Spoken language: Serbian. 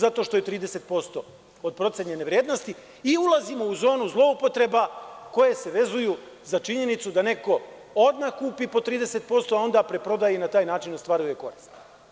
Zato što je 30% od procenjene vrednosti i ulazimo u zonu zloupotreba koje se vezuju za činjenicu da neko odmah kupi po 30%, a onda preprodaje i na taj način ostvaruje korist.